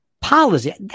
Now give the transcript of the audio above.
policy